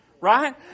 right